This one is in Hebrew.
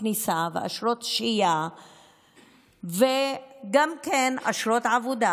כניסה ואשרות שהייה וגם אשרות עבודה,